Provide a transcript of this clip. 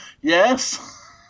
yes